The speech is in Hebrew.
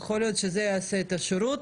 יכול להיות שזה יעשה את השירות.